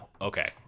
okay